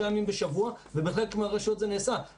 ימים שבוע ובהחלט מול הרשויות זה נעשה,